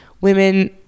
women